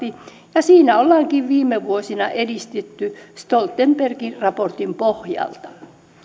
ja siinä ollaankin viime vuosina edistytty stoltenbergin raportin pohjalta